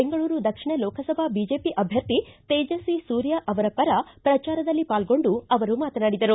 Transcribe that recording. ಬೆಂಗಳೂರು ದಕ್ಷಿಣ ಲೋಕಸಭಾ ಬಿಜೆಪಿ ಅಧ್ಯರ್ಥಿ ತೇಜಸ್ವಿ ಸೂರ್ಯ ರವರ ಪರ ಪ್ರಚಾರದಲ್ಲಿ ಪಾಲ್ಗೊಂಡು ಅವರು ಮಾತನಾಡಿದರು